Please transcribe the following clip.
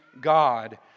God